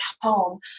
home